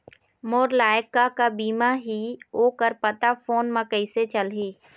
मोर लायक का का बीमा ही ओ कर पता फ़ोन म कइसे चलही?